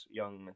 young